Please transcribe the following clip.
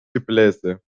gebläse